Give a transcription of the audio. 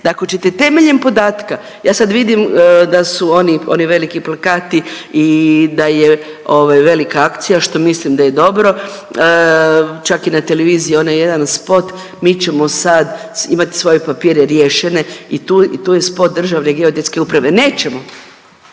ako ćete temeljem podatka, ja sad vidim da su oni, oni veliki plakati i da je ovaj velika akcija, što mislim da je dobro, čak i na televiziji onaj jedan spot, mi ćemo sad imat svoje papire riješene i tu, i tu je spot Državne geodetske uprave. Nećemo